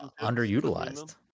underutilized